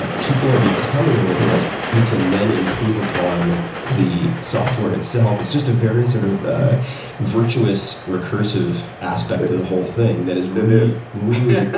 ah people are becoming literate who can then improve upon the software itself. it's just a very sort of ah virtuous recursive aspect to the whole thing that is really, really,